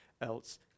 else